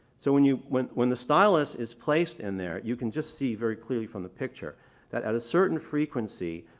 so when you when when the stylus is placed in there, you can just see very clearly from the picture that at a certain frequency,